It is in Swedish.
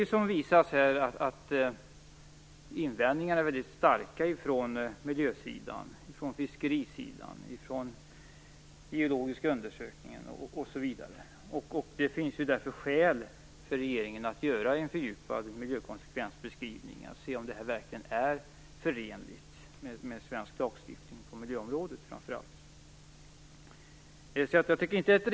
Det har visats här att invändningarna är mycket starka från miljösidan, fiskerisidan, de geologiska undersökningarna osv. Det finns därför skäl för regeringen att göra en fördjupad miljökonsekvensbeskrivning och se om det verkligen är förenligt med svensk lagstiftning, framför allt på miljöområdet.